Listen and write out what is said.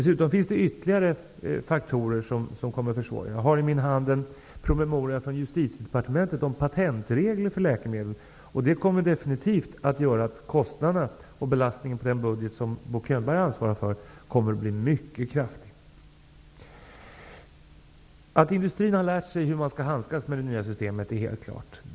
Sedan finns det ytterligare faktorer som kommer att försvåra det hela. Jag har i min hand en promemoria från Justitiedepartementet om patentregler för läkemedel. Det här kommer definitivt att göra att kostnaderna och belastningen på den budget som Bo Könberg ansvarar för kommer att bli mycket kraftiga. Att industrin har lärt sig hur den skall handskas med det nya systemet är helt klart.